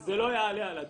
זה לא יעלה על הדעת.